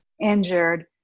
injured